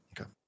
Okay